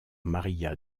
maria